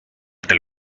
del